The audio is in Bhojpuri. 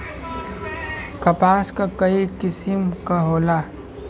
कपास क कई किसिम क होला